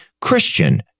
Christian